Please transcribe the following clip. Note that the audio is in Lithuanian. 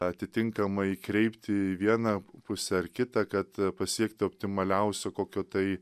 atitinkamai kreipti į vieną pusę ar kitą kad pasiekti optimaliausio kokio tai